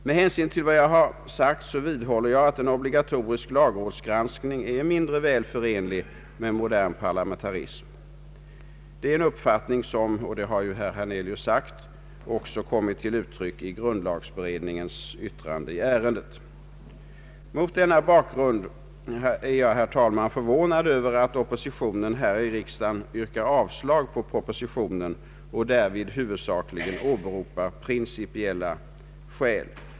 Med hänsyn till vad jag har anfört vidhåller jag att en obligatorisk lagrådsgranskning är mindre väl förenlig med modern parlamentarism. Det är en uppfattning — detta har även herr Hernelius framhållit — som också kommit till uttryck i grundlagberedningens yttrande i ärendet. Mot denna bakgrund är jag, herr talman, förvånad över att oppositionen här i riksdagen yrkar avslag på propositionen och därvid huvudsakligen åberopar principiella skäl.